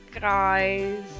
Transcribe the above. guys